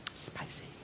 Spicy